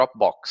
Dropbox